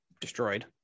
destroyed